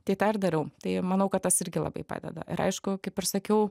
tai tą ir dariau tai manau kad tas irgi labai padeda ir aišku kaip ir sakiau